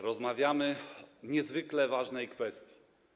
Rozmawiamy o niezwykle ważnej kwestii.